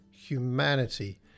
humanity